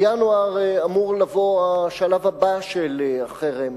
בינואר אמור לבוא השלב הבא של החרם